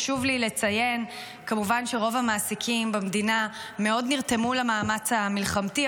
חשוב לי לציין: כמובן שרוב המעסיקים במדינה מאוד נרתמו למאמץ המלחמתי,